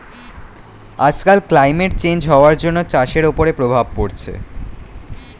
আজকাল climate change হওয়ার জন্য চাষের ওপরে প্রভাব পড়ছে